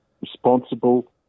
responsible